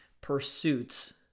pursuits